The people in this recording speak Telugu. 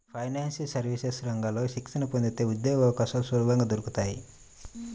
ఫైనాన్షియల్ సర్వీసెస్ రంగంలో శిక్షణ పొందితే ఉద్యోగవకాశాలు సులభంగా దొరుకుతాయి